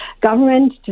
government